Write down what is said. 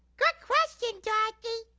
good question, dorothy.